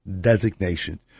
designations